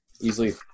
easily